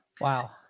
Wow